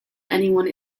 anyone